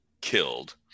killed